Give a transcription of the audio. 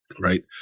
Right